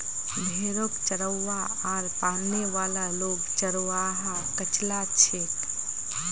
भेड़क चरव्वा आर पालने वाला लोग चरवाहा कचला छेक